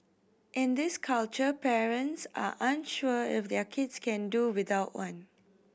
in this culture parents are unsure if their kids can do without one